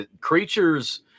Creatures